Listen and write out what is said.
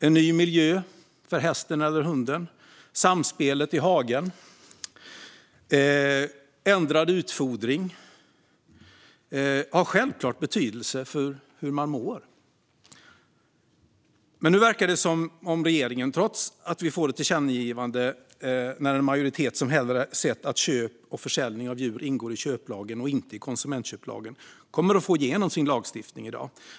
En ny miljö för hästen eller hunden, samspelet i hagen och ändrad utfodring har självklart betydelse för hur djuret mår. Nu verkar det som att regeringen, trots ett förslag till tillkännagivande där en majoritet hellre sett att köp och försäljning av djur ingår i köplagen och inte i konsumentköplagen, kommer att få igenom sin lagstiftning i dag.